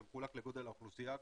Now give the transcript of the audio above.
זה מחולק לגודל האוכלוסייה,